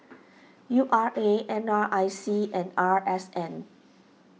U R A N R I C and R S N